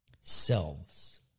selves